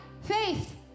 Faith